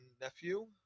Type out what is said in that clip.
nephew